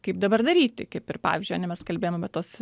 kaip dabar daryti kaip ir pavyzdžiui ane mes kalbėjome apie tuos